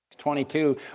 22